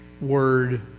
word